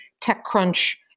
TechCrunch